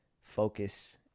focus